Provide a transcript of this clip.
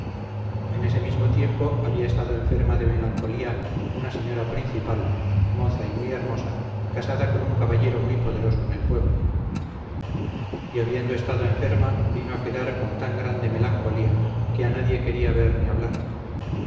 en ese mismo tiempo había estado enferma de melancolía una señora principal moza y muy hermosa casada con un caballero muy poderoso en el pueblo y habiendo estado enferma vino a quedar con tan grande melancolía que a nadie quería ver ni hablar